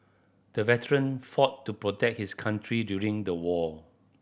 the veteran fought to protect his country during the war